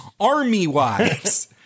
Army-wise